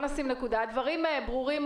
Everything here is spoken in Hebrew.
הדברים ברורים,